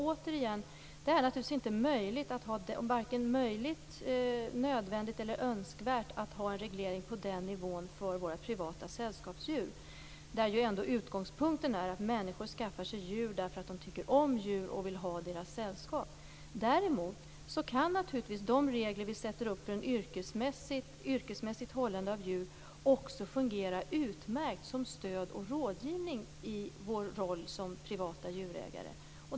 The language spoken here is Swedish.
Återigen: Det är naturligtvis varken möjligt, nödvändigt eller önskvärt att ha en reglering på den nivån för våra privata sällskapsdjur. Utgångspunkten är ju ändå att människor skaffar sig djur därför att de tycker om djur och vill ha deras sällskap. Däremot kan naturligtvis de regler vi sätter upp för ett yrkesmässigt hållande av djur också fungera utmärkt som stöd och rådgivning i vår roll som privata djurägare.